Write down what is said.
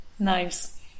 Nice